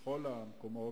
בכל המקומות,